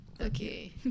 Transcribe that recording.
Okay